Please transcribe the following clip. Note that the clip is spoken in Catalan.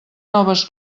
noves